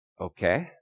Okay